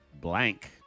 blank